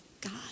God